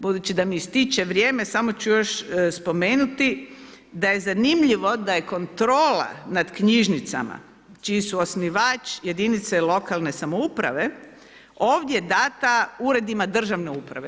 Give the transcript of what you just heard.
Budući da mi ističe vrijeme, samo ću još spomenuti da je zanimljivo da je kontrola nad knjižnicama čiji su osnivač jedinice lokalne samouprave ovdje dana uredima državne uprave.